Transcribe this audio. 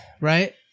right